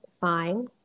fine